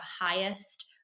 highest